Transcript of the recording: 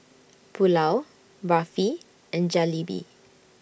Pulao Barfi and Jalebi